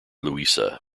louisa